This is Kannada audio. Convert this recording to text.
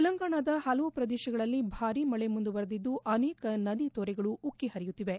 ತೆಲಂಗಾಣದ ಪಲವು ಪ್ರದೇಶಗಳಲ್ಲಿ ಭಾರೀ ಮಳೆ ಮುಂದುವರೆದಿದ್ದು ಅನೇಕ ನದಿ ತೊರೆಗಳು ಉಕ್ಕೆ ಪರಿಯುತ್ತಿವೆ